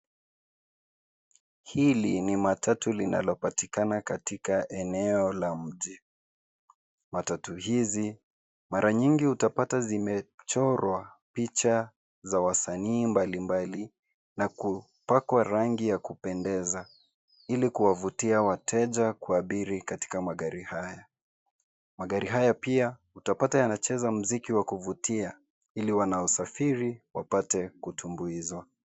Hili ni matatu linalopatikana katika eneo la mji. Matatu hizi mara nyingi utapata zimechorwa picha za wasanii mbalimbali na kupakwa rangi ya kupendeza ili kuwavutia wateja kuabiri katika magari haya. Magari haya pia utapata yanacheza mziki wa kuvutia ili wanaosafiri wapate kutumbuizwa.